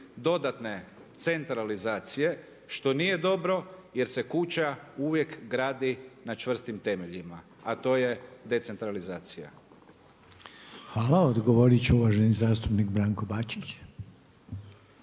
dodatne centralizacije što nije dobro jer se kuća uvijek gradi na čvrstim temeljima a to je decentralizacija. **Reiner, Željko (HDZ)** Hvala. Odgovorit će uvaženi zastupnik Branko Bačić.